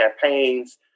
campaigns